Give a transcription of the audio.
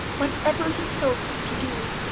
whatever he tells you to do,